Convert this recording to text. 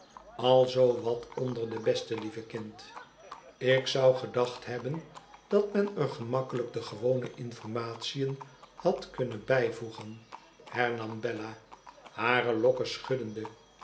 al zoo wat onder de beste lieve kind ik zou gedacht hebben dat men er gemakkelijk de gewone informatiën had kunnen bijvoegen hernam bella hare lokken schuddende